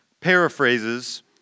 paraphrases